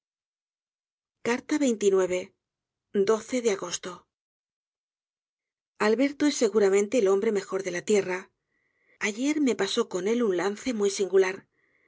á los negocios de agosto alberto es seguramente el hombre mejor de la tierra ayer me pasó con él un lance muy singular